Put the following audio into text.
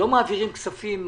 לא מעבירים כספים,